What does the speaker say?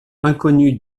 inconnue